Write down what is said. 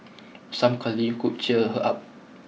some cuddling could cheer her up